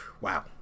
wow